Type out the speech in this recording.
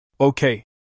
Okay